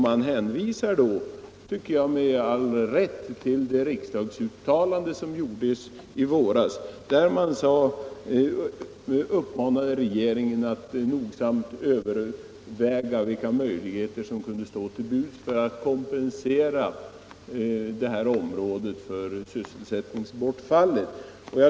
Man hänvisar då — med all rätt, tycker jag — till det riksdagsuttalande som gjordes i våras, i vilket regeringen uppmanades att nogsamt överväga vilka möjligheter som kunde stå till buds för att kompensera det här området för sysselsättningsbortfallet.